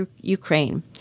Ukraine